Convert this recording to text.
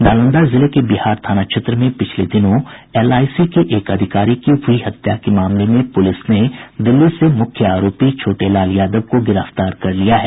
नालंदा जिले के बिहार थाना क्षेत्र में पिछले दिनों एलआईसी के एक अधिकारी की हुई हत्या के मामले में पुलिस ने दिल्ली से मुख्य आरोपी छोटे लाल यादव को गिरफ्तार कर लिया है